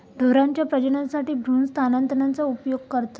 ढोरांच्या प्रजननासाठी भ्रूण स्थानांतरणाचा उपयोग करतत